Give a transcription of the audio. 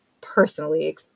personally